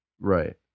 Right